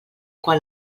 quan